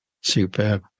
Super